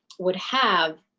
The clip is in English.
would have